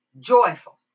joyful